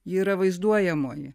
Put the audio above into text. ji yra vaizduojamoji